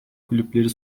kulüpleri